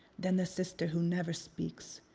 then the sister who never speaks,